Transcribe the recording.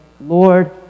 Lord